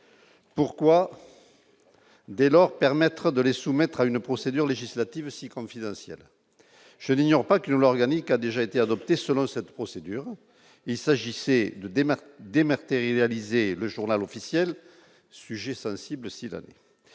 normes. Dès lors, permettre de les soumettre à une procédure législative si confidentiel je n'ignore pas que l'organique a déjà été adopté selon cette procédure, il s'agissait de démarche dématérialisé, le Journal officiel, sujet sensible s'il a peu